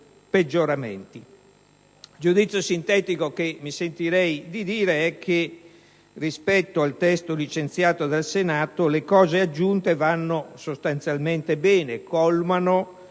Il giudizio sintetico che mi sentirei di esprimere è che, rispetto al testo licenziato dal Senato, le cose aggiunte vanno sostanzialmente bene: colmano